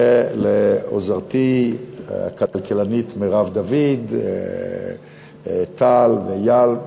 ולעוזרתי הכלכלנית מרב דוד, לטל ולאייל.